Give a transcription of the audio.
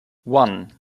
one